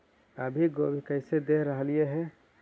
अभी गोभी कैसे दे रहलई हे?